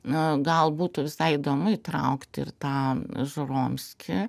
na gal būtų visai įdomu įtraukti ir tą žoromskį